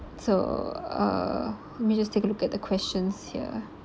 so err let me just take a look at the questions here